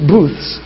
Booths